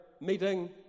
meeting